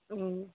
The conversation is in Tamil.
ம்